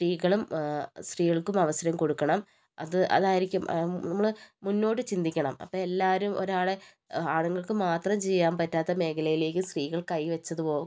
സ്ത്രീകളും സ്ത്രീകൾക്കും അവസരം കൊടുക്കണം അത് അതായിരിക്കും നമ്മള് മുന്നോട്ട് ചിന്തിക്കണം അപ്പം എല്ലാവരും ഒരാളെ ആണുങ്ങൾക്കും മാത്രം ചെയ്യാൻ പറ്റാത്ത മേഖലയിലേക്ക് സ്ത്രീകൾ കൈ വെച്ചതുമോ